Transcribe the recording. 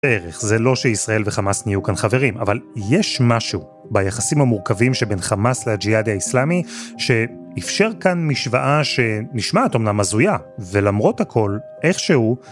זה לא שישראל וחמאס נהיו כאן חברים, אבל יש משהו ביחסים המורכבים שבין חמאס לג'יהאד האיסלאמי, שאפשר כאן משוואה שנשמעת אמנם הזויה, ולמרות הכל, איכשהו,